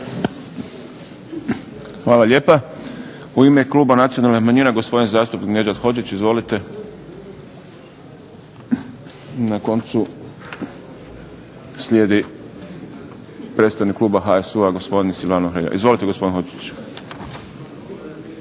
Hvala lijepa. U ime Kluba nacionalnih manjina gospodin zastupnik Nedžad Hodžić. Izvolite. Na koncu slijedi predstavnik Kluba HSU-a gospodin Silvano Hrelja. Izvolite gospodine Hodžić.